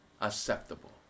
acceptable